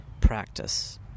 practice